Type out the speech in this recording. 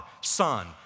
Son